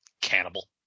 Cannibal